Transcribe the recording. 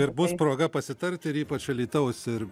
ir bus proga pasitarti ypač alytaus ir